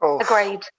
Agreed